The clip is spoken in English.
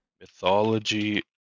mythology